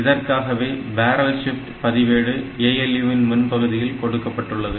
இதற்காகவே barrel shift பதிவேடு ALU இன் முன் பகுதியில் கொடுக்கப்பட்டுள்ளது